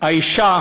האישה